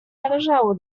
należało